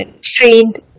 trained